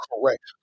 correct